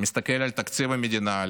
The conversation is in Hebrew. אני מסתכל על תקציב המדינה,